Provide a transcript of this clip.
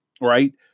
right